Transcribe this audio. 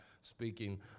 speaking